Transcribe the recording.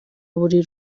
buri